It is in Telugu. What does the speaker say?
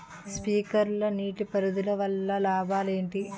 స్ప్రింక్లర్ నీటిపారుదల వల్ల లాభాలు ఏంటి?